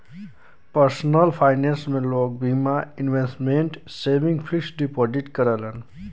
personal finance में लोग बीमा, इन्वेसमटमेंट, सेविंग, फिक्स डिपोजिट करलन